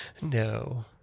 no